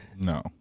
No